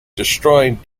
destroyed